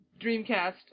Dreamcast